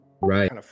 Right